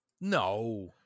No